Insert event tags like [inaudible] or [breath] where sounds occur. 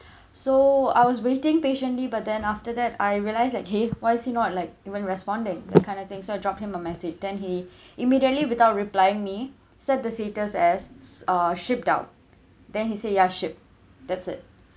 [breath] so I was waiting patiently but then after that I realise that !hey! why he's not like even responding that kind of thing so I drop him a message then he [breath] immediately without replying me set the status as uh shipped out then he say ya shipped that's it